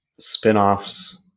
Spinoffs